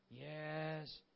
Yes